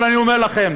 אבל אני אומר לכם,